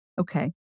Okay